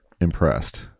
impressed